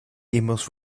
emails